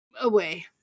away